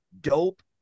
dope